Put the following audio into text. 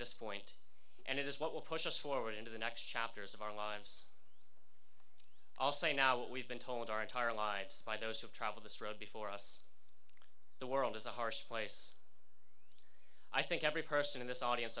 this point and it is what will push us forward into the next chapters of our lives i'll say now what we've been told our entire lives by those who travel this road before us the world is a harsh place i think every person in this audience